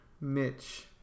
Mitch